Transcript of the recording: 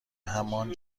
همان